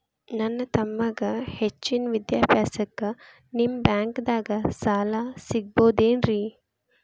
ನನ್ನ ತಮ್ಮಗ ಹೆಚ್ಚಿನ ವಿದ್ಯಾಭ್ಯಾಸಕ್ಕ ನಿಮ್ಮ ಬ್ಯಾಂಕ್ ದಾಗ ಸಾಲ ಸಿಗಬಹುದೇನ್ರಿ?